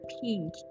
pink